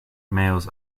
mails